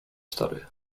stary